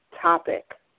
topic